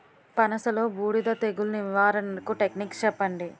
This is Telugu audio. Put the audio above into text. పనస లో బూడిద తెగులు నివారణకు టెక్నిక్స్ చెప్పండి?